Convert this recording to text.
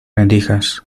rendijas